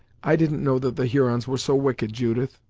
i didn't know that the hurons were so wicked, judith!